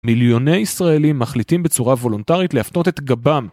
מיליוני ישראלים מחליטים בצורה וולונטרית להפנות את גבם